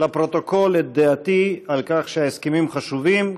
לפרוטוקול את דעתי שההסכמים חשובים.